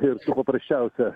irtsu paprasčiausia